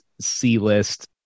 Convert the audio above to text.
C-list